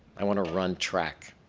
i want to run track.